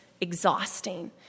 exhausting